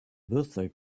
birthday